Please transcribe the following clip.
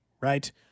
Right